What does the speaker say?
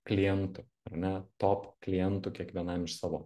klientų ar ne top klientų kiekvienam iš savo